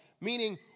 Meaning